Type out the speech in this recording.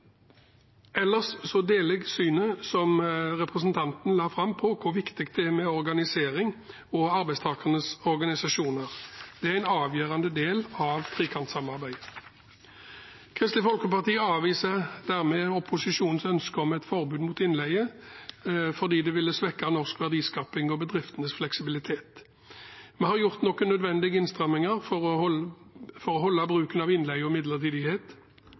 deler jeg synet som representanten la fram, om hvor viktig det er med organisering og arbeidstakernes organisasjoner. Det er en avgjørende del av trepartssamarbeidet. Kristelig Folkeparti avviser dermed opposisjonens ønske om et forbud mot innleie fordi det ville svekke norsk verdiskaping og bedriftenes fleksibilitet. Vi har gjort noen nødvendige innstramminger for å holde bruken av innleie og midlertidighet